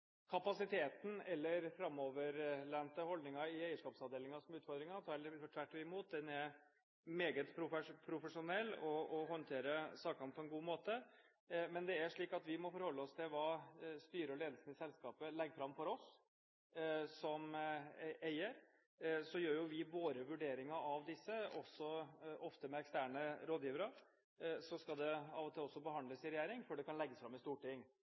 kapasiteten eller framoverlente holdninger i eierskapsavdelingen som er utfordringen – tvert imot, den er meget profesjonell, og de håndterer sakene på en god måte. Men det er slik at vi må forholde oss til hva styret og ledelsen i selskapet legger fram for oss. Som eier gjør jo vi våre vurderinger, ofte også med eksterne rådgivere. Så skal sakene av og til behandles i regjering før de kan legges fram i